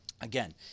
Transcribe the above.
Again